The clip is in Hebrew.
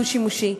לא דו-שימושי.